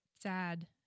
sad